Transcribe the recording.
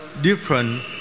different